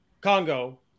Congo